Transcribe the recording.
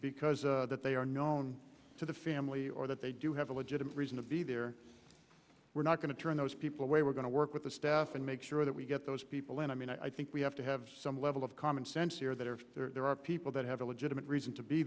because that they are known to the family or that they do have a legitimate reason to be there we're not going to turn those people away we're going to work with the staff and make sure that we get those people and i mean i think we have to have some level of common sense here that if there are people that have a legitimate reason to be